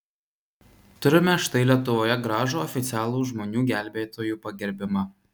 turime štai lietuvoje gražų oficialų žmonių gelbėtojų pagerbimą